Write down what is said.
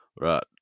Right